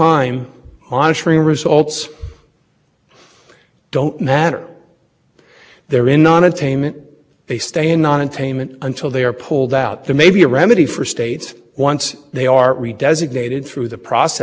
in the supreme court's decision because while we lost some aspects of that and therefore in the sense would disagree with some portions of it that are not issue here i think it actually all does hang together and that the tension your honor first to isn't there but to begin with texas and madison